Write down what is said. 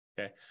Okay